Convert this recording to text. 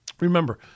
Remember